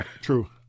true